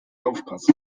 aufpasse